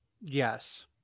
Yes